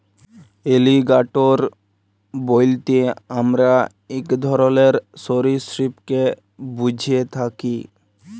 alligator বইলতে আমরা ইক ধরলের সরীসৃপকে ব্যুঝে থ্যাকি